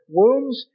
wounds